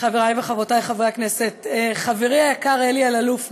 חבר הכנסת אלי אלאלוף,